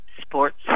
sports